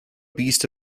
beast